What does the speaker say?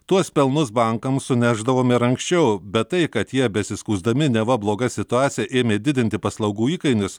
tuos pelnus bankams sunešdavom ir anksčiau bet tai kad jie besiskųsdami neva bloga situacija ėmė didinti paslaugų įkainius